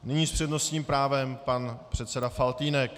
Nyní s přednostním právem pan předseda Faltýnek.